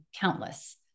countless